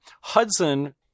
Hudson